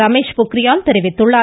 ரமேஷ் பொக்ரியால் தெரிவித்துள்ளார்